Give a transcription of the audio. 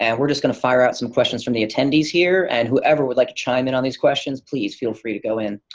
and we're just gonna fire out some questions from the attendees here and whoever would like to chime in on these questions, please feel free to go in.